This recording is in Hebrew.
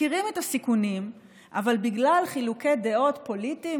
מכירים את הסיכונים אבל בגלל חילוקי דעות פוליטיים,